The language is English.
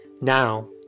Now